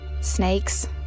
Snakes